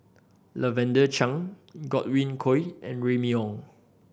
Lavender Chang Godwin Koay and Remy Ong